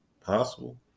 possible